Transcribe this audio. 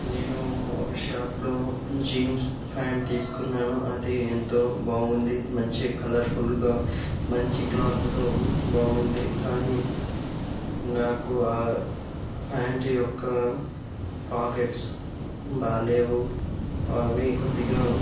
నేను ఒక షాపులో జీన్స్ ప్యాంట్ తీసుకున్నాను అది ఎంతో బాగుంది మంచి కలర్ఫుల్గా మంచి క్లాత్తో బాగుంది కానీ నాకు ఆ ప్యాంట్ యొక్క పాకెట్స్ బాలేవు అవి కొద్దిగా